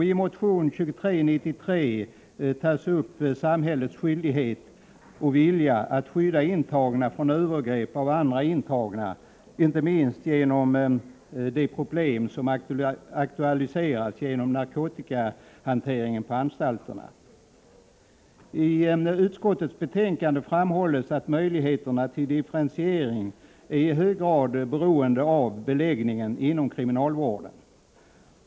I motion 2393 berörs samhällets skyldighet och vilja att skydda intagna från övergrepp av andra intagna, inte minst mot bakgrund av de problem som aktualiserats genom narkotikahanteringen på anstalterna. I betänkandet framhålls att möjligheterna till differentiering i hög grad är beroende av beläggningen inom kriminalvården.